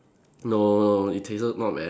no no it tasted not bad